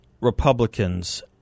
Republicans